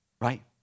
right